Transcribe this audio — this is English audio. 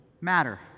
matter